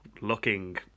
looking